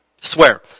Swear